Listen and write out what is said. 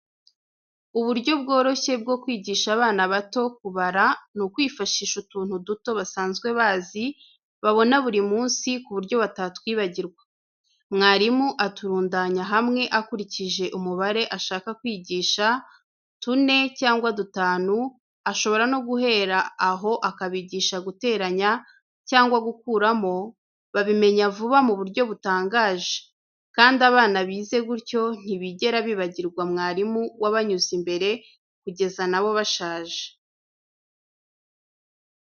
Uburyo bworoshye bwo kwigisha abana bato kubara ni ukwifashisha utuntu duto basanzwe bazi, babona buri munsi ku buryo batatwibagirwa. Mwarimu aturundanya hamwe akurikije umubare ashaka kwigisha, tune cyangwa dutanu, ashobora no guhera aho akabigisha guteranya cyangwa gukuramo, babimenya vuba mu buryo butangaje, kandi abana bize gutyo ntibigera bibagirwa mwarimu wabanyuze imbere kugeza na bo bashaje.